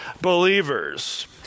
believers